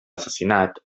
assassinat